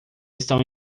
estão